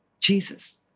Jesus